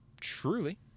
truly